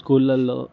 స్కూల్లలో